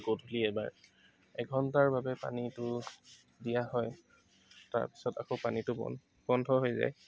গধূলি এবাৰ এঘণ্টাৰ বাবে পানীটো দিয়া হয় তাৰপিছত আকৌ পানীটো বন বন্ধ হৈ যায়